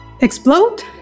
explode